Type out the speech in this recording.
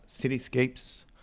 cityscapes